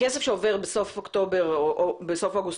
הכסף שעובר בסוף אוגוסט או אוקטובר